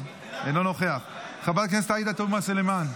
אינו נוכח, חברת הכנסת עאידה תומא סלימאן,